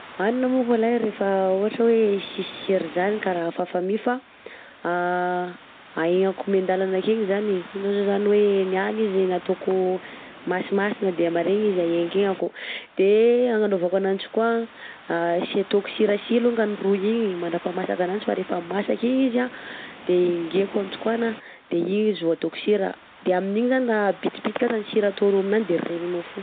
Hanina moko alay rehefa ohatra hoe tsisy sira zany kara afahafa mi fa ahegnako miandalana akegny zany ohatra zao zany niany izy nataoko masimasina, de amaregna izy ahenkegnako, de agnanaovako ananjy koà tsy ataoko sira sy alongany ro igny mandrapaha masaka ananjy fa rehefa masaka igny izy an de engeko antokoana de igny izy vaoataoko sira de amin'igny zany raha bitibitika sira ataonao aminanjy de regninao fogna.